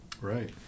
Right